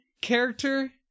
character